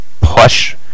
push